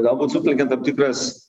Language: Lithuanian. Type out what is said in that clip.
galbūt sutelkiant tam tikras